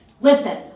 Listen